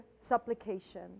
supplication